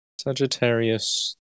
Sagittarius